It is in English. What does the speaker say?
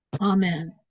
Amen